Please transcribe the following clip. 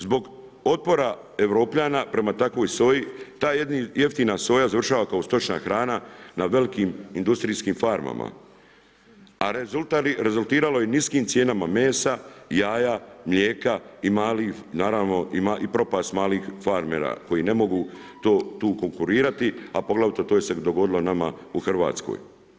Zbog otpora Europljana prema takvoj soji, ta jeftina soja završava kao stočna hrana na velikim industrijskim farmama a rezultiralo je niskim cijenama mesa, jaja, mlijeka i propast malih farmera koji ne mogu tu konkurirati a poglavito to se dogodilo nama u Hrvatskoj.